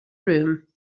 room